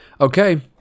Okay